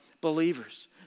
believers